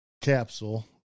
capsule